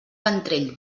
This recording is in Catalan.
ventrell